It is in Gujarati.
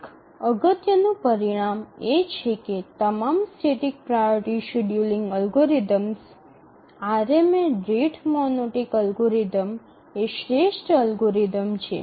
એક અગત્યનું પરિણામ એ છે કે તમામ static priority scheduling algorithms RMA rate monotonic algorithm એ શ્રેષ્ઠ એલ્ગોરિધમ છે